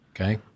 Okay